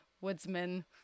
woodsman